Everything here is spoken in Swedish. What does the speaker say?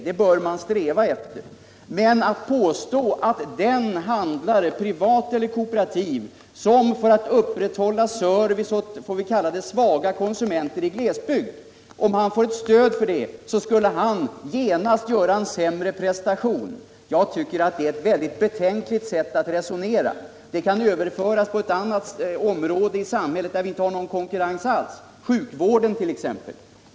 Det bör man sträva efter. Men att påstå att den handlare som upprätthåller service åt, skall vi kalla dem svaga, konsumenter i glesbygd, skulle göra en sämre prestation om han får ett stöd därtill, det tycker jag är ett betänkligt sätt att resonera. Resonemanget kan överföras på ett annat område i samhället, där vi inte har någon konkurrens alls, sjukvården t.ex.